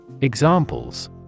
Examples